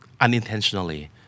unintentionally